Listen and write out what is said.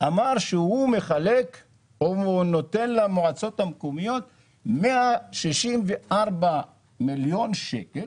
אמר שהוא נותן למועצות המקומיות 164 מיליון שקלים